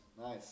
Nice